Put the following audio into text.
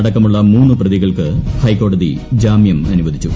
അടക്കമുള്ള മൂന്നു പ്രതികൾക്ക് ഹൈക്കോടതി ജാമൃം അനുവദിച്ചു